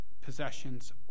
possessions